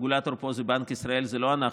הרגולטור פה זה בנק ישראל, זה לא אנחנו.